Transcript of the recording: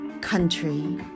country